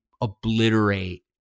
obliterate